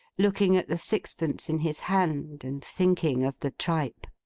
looking at the sixpence in his hand, and thinking of the tripe.